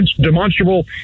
demonstrable